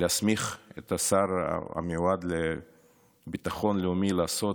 להסמיך את השר המיועד לביטחון לאומי לעשות